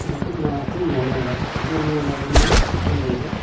माथो होनबावनो आंलाय दुरबल जाबायनालाय आनदायबाय